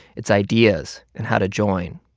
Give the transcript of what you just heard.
its ideas and how to join.